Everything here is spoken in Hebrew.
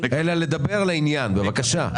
לדבר לעניין, בבקשה.